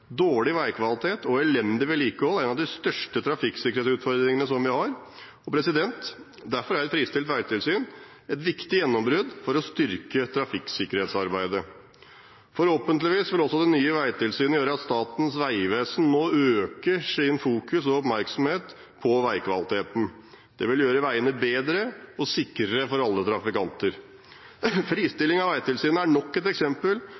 Dårlig veikvalitet og elendig vedlikehold er en av de største trafikksikkerhetsutfordringene vi har. Derfor er et fristilt veitilsyn et viktig gjennombrudd for å styrke trafikksikkerhetsarbeidet. Forhåpentligvis vil også det nye veitilsynet gjøre at Statens vegvesen nå øker sin oppmerksomhet på veikvaliteten. Det vil gjøre veiene bedre og sikrere for alle trafikanter. Fristilling av Vegtilsynet er nok et eksempel